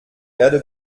erde